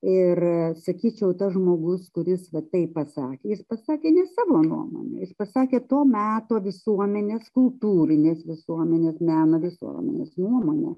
ir sakyčiau tas žmogus kuris va taip pasakė jis pasakė savo nuomonę jis pasakė to meto visuomenės kultūrinės visuomenės meno visuomenės nuomonę